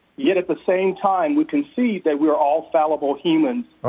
yet at the same time we can see that we're all fallible humans.